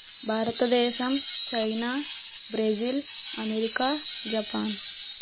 Bharatadesam China Brazil America Japan